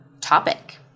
topic